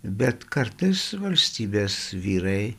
bet kartais valstybės vyrai